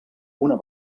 una